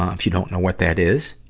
um if you don't know what that is,